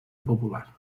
popular